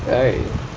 right